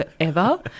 forever